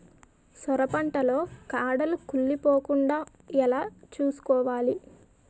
సొర పంట లో కాడలు కుళ్ళి పోకుండా ఎలా చూసుకోవాలి?